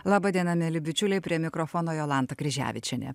laba diena mieli bičiuliai prie mikrofono jolanta kryževičienė